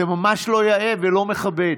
זה ממש לא יאה ולא מכבד.